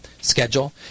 schedule